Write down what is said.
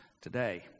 today